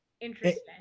Interesting